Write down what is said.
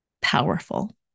powerful